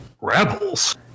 Rebels